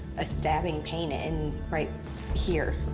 a stabbing pain in right here.